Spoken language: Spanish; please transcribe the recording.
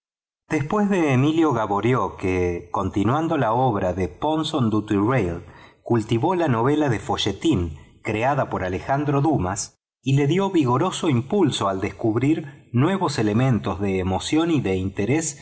después de emilio ola b o riau que continuando la obra de pon son du terrail cultivó la novela de folletín creada por alejandro dumas t y le dió vigoroso impulso al descubrir nuevos elementos de emoción y de interés